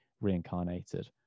reincarnated